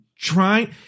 Trying